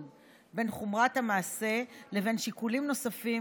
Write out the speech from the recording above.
בין חומרת המעשה לבין שיקולים נוספים,